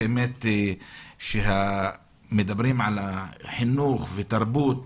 כשמדברים על החינוך והתרבות